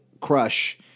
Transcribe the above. Crush